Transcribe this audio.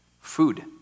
food